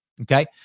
Okay